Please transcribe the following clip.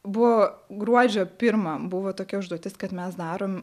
buvo gruodžio pirmą buvo tokia užduotis kad mes darom